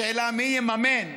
השאלה מי יממן,